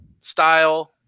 style